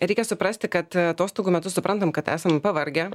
reikia suprasti kad atostogų metu suprantam kad esam pavargę